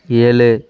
ஏழு